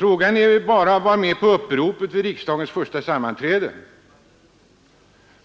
Man behöver bara vara med på uppropet vid riksdagens första sammanträde.